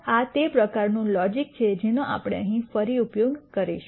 તો આ તે પ્રકારનું લોજીક છે જેનો આપણે અહીં ફરી ઉપયોગ કરીશું